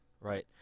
Right